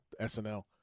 SNL